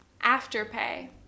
Afterpay